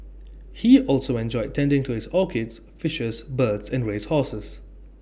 he also enjoyed tending to his orchids fishes birds and race horses